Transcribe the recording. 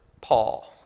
Paul